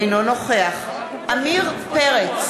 אינו נוכח עמיר פרץ,